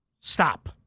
stop